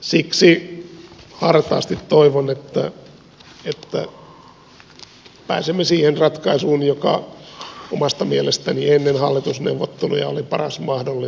siksi hartaasti toivon että pääsemme siihen ratkaisuun joka omasta mielestäni ennen hallitusneuvotteluja oli paras mahdollinen